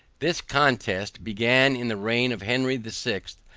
this contest began in the reign of henry the sixth,